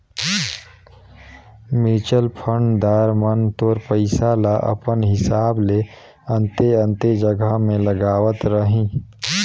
mutual fund दार मन तोर पइसा ल अपन हिसाब ले अन्ते अन्ते जगहा में लगावत रहीं